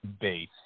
base